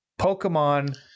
Pokemon